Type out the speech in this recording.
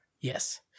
Yes